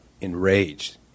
Enraged